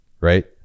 Right